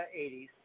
80s